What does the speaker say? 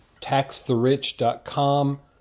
TaxTheRich.com